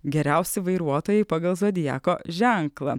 geriausi vairuotojai pagal zodiako ženklą